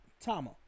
Tama